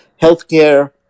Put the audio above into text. healthcare